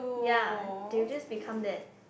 yea they will just become that